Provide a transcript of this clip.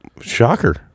Shocker